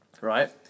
right